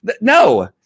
no